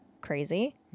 crazy